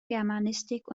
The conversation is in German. germanistik